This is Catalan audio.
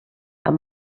amb